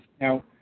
now